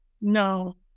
no